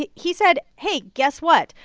he he said, hey. guess what?